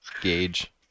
gauge